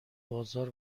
بازار